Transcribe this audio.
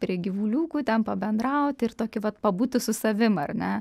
prie gyvulių ten pabendrauti ir tokį vat pabūti su savim ar ne